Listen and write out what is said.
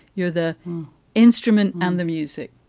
you're the instrument and the music.